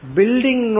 Building